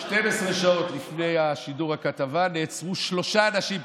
12 שעות לפני שידור הכתבה נעצרו שלושה אנשים,